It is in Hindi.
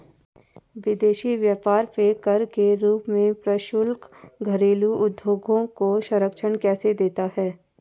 विदेशी व्यापार पर कर के रूप में प्रशुल्क घरेलू उद्योगों को संरक्षण कैसे देता है?